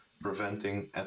preventing